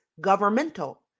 governmental